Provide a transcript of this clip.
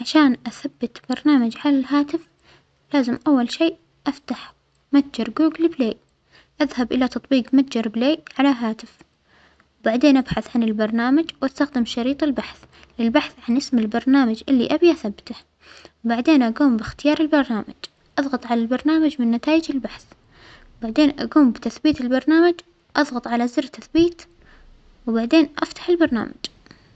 عشان أثبت برنامج على الهاتف لازم أول شيء أفتح متجر جوجل بلاي أذهب إلى تطبيج متجر بلاى على الهاتف، وبعدين أبحث عن البرنامج وأستخدم شريط البحث للبحث عن اسم البرنامج اللى أبغى أثبته، وبعدين أجوم بإختيار البرنامج، أضغط على البرنامج من نتائج البحث، وبعدين أجوم بتثبيت البرنامج أضغط على زر تثبيت، وبعدين أفتح البرنامج.